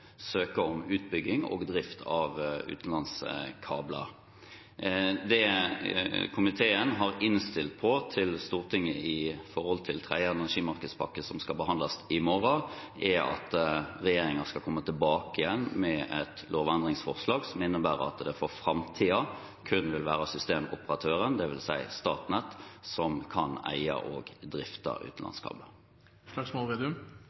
søke om utbygging og drift av utenlandskabler. Det komiteen har innstilt på til Stortinget når det gjelder tredje energimarkedspakke, som skal behandles i morgen, er at regjeringen skal komme tilbake igjen med et lovendringsforslag som innebærer at det for framtiden kun vil være systemoperatøren, dvs. Statnett, som kan eie og drifte